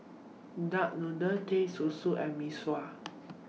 Duck Noodle Teh Susu and Mee Sua